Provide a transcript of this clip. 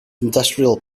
industrial